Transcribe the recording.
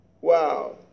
Wow